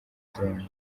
drone